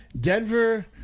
Denver